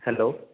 hello